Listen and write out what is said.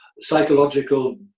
psychological